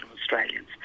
Australians